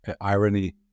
irony